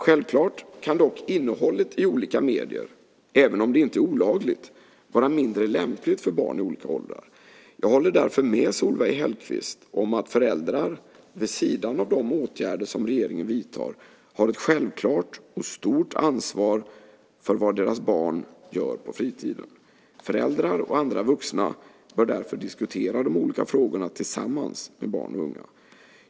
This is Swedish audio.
Självklart kan dock innehållet i olika medier, även om det inte är olagligt, vara mindre lämpligt för barn i olika åldrar. Jag håller därför med Solveig Hellquist om att föräldrar, vid sidan av de åtgärder som regeringen vidtar, har ett självklart och stort ansvar för vad deras barn gör på fritiden. Föräldrar och andra vuxna bör därför diskutera de olika frågorna tillsammans med barn och unga.